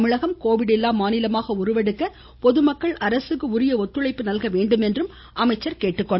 தமிழகம் Covid இல்லா மாநிலமாக உருவெடுக்க பொதுமக்கள் அரசுக்கு உரிய ஒத்துழைப்பு நல்க வேண்டுமென்றும் அவர் கேட்டுக் கொண்டார்